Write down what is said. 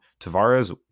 Tavares